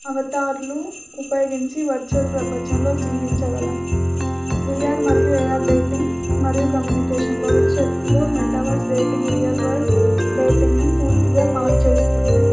అవతార్లు ఉపయోగించి వర్చువల్ ప్రపంచంలో జీవించగలము విఆర్ మరియు ఏఆర్ డేటింగ్ మరియు కమ్యూనికేషన్ భవిష్యత్తులో మెటావర్స్ డేటింగ్ రియల్ వరల్డ్ డేటింగ్ను పూర్తిగా మార్చేస్తుంది